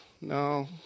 No